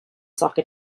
soccer